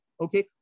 okay